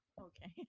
Okay